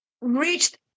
reached